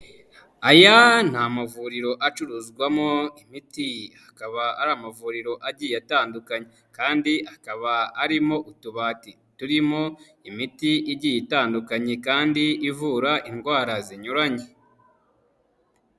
Aya ni amavuriro acuruzwamo imiti, akaba ari amavuriro agiye atandukanye kandi akaba arimo utubati turimo imiti igiye itandukanye kandi ivura indwara zinyuranye.